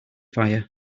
fire